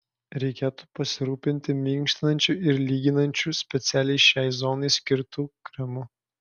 reikėtų pasirūpinti minkštinančiu ir lyginančiu specialiai šiai zonai skirtu kremu